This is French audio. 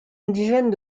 indigènes